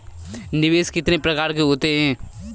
निवेश कितने प्रकार के होते हैं?